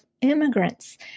immigrants